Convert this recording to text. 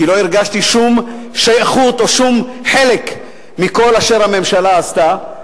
כי לא הרגשתי שום שייכות או שום חלק מכל אשר הממשלה עשתה.